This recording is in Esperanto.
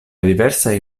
diversaj